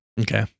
Okay